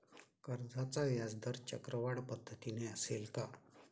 कर्जाचा व्याजदर चक्रवाढ पद्धतीने असेल का?